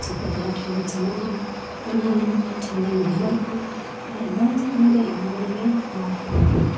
ᱪᱟᱹᱢᱯᱟᱹᱭ ᱫᱟᱫᱟ ᱴᱷᱮᱱ ᱞᱮ ᱪᱟᱞᱟᱜᱼᱟ ᱚᱱᱟ ᱟᱡ ᱴᱷᱮᱱ ᱞᱮ ᱱᱮᱦᱚᱨᱚᱜᱼᱟ ᱟᱨ ᱵᱟᱝ ᱜᱮ ᱩᱱᱤ ᱫᱚᱭ ᱮᱢᱟᱞᱮ ᱜᱮᱭᱟ ᱟᱨ